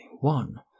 one